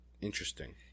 Interesting